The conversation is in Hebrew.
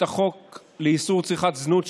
את החוק לאיסור צריכת זנות,